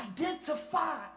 identify